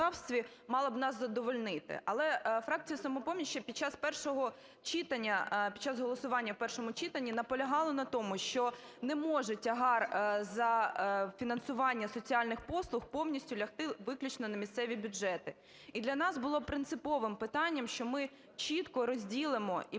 мало б нас задовольнити. Але фракція "Самопоміч" ще під час першого читання, під час голосування у першому читанні, наполягала на тому, що не може тягар за фінансування соціальних послуг повністю лягти виключно на місцеві бюджети. І для нас було принциповим питанням, що ми чітко розділимо і